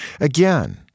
Again